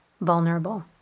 vulnerable